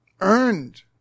earned